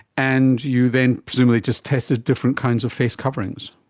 and you then presumably just tested different kinds of face coverings.